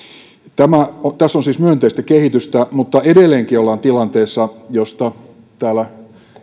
tässä on siis myönteistä kehitystä mutta edelleenkin ollaan tilanteessa josta täällä